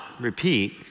repeat